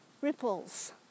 ripples